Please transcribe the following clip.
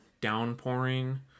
downpouring